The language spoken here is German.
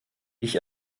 ich